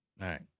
right